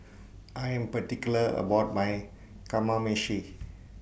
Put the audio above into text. I Am particular about My Kamameshi